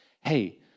Hey